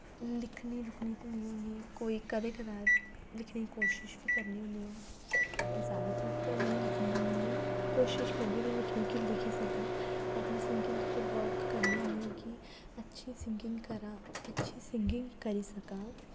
लिक्खने लुक्खने दी मी कोई उन्नी कदे कदार लिक्खने दी कोशिश बी करनी होन्नी आं जैदातर ते नेईं लिक्खनी होन्नी आं कोशिश करनी होन्नी आं कऐ लिखी सकां अपनी सिंगिंग उप्पर वर्क करनी होन्नी आं कि अच्छी सिंगिंग करा अच्छी सिंगिंग करी सकां